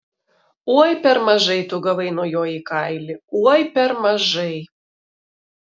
oi per mažai tu gavai nuo jo į kailį oi per mažai